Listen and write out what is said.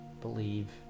believe